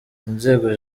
inzego